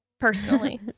personally